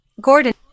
Gordon